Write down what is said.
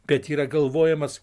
bet yra galvojimas